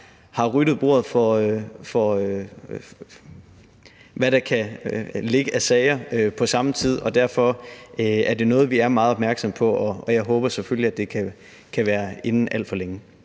har ryddet bordet for, hvad der kunne ligge af sager på samme tid. Derfor er det noget, vi er meget opmærksomme på, og jeg håber selvfølgelig, at det kan være inden alt for længe.